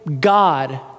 God